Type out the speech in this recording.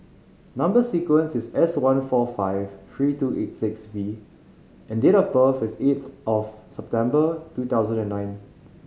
number sequence is S one four five three two eight six V and date of birth is eighth of September two thousand and nine